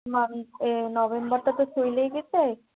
নভেম এ নভেম্বারটা তো চলেই গেছে